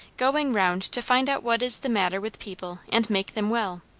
going round to find out what is the matter with people and make them well.